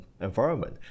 environment